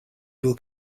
will